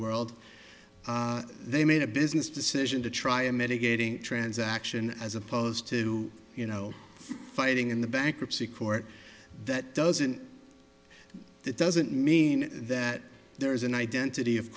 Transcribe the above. world they made a business decision to try and mitigating transaction as opposed to you know fighting in the bankruptcy court that doesn't that doesn't mean that there is an